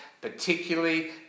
particularly